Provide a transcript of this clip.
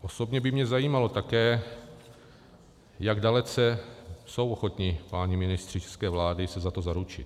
Osobně by mě zajímalo také, jak dalece jsou ochotni páni ministři české vlády se za to zaručit.